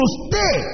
stay